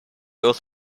oath